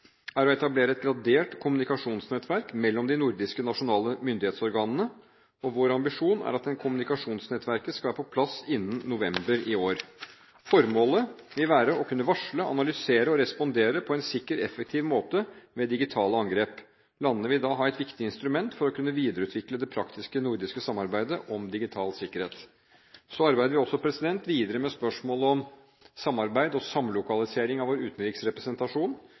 er å etablere et gradert kommunikasjonsnettverk mellom de nordiske nasjonale myndighetsorganene. Vår ambisjon er at kommunikasjonsnettverket skal være på plass innen november i år. Formålet vil være å varsle, analysere og respondere på en sikker og effektiv måte ved digitale angrep. Landene vil da ha et viktig instrument for å kunne videreutvikle det praktiske nordiske samarbeidet om digital sikkerhet. Så arbeider vi også videre med spørsmålet om samarbeid og samlokalisering av vår utenriksrepresentasjon.